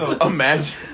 Imagine